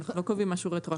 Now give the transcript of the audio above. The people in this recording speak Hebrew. לא קובעים משהו רטרואקטיבית.